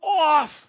off